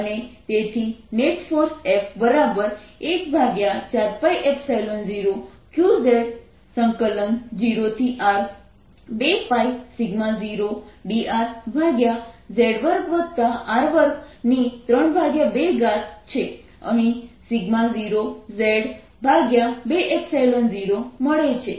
અને તેથી net force F14π0qz0R2π0drz2r232 છે અહીં 0z20 મળે છે